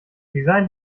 design